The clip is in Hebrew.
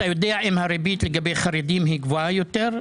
אתה יודע אם הריבית לגבי חרדים היא גבוהה יותר?